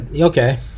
okay